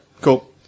cool